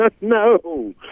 No